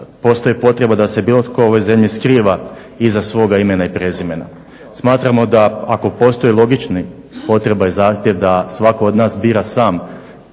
postoji potreba da se bilo tko u ovoj zemlji skriva iza svoga imena i prezimena. Smatramo da ako postoji logični potreba i zahtjev da svatko od nas bira sam